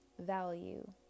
value